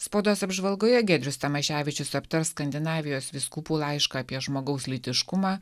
spaudos apžvalgoje giedrius tamaševičius aptars skandinavijos vyskupų laišką apie žmogaus lytiškumą